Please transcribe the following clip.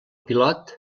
pilot